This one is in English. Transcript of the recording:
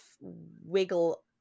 wiggle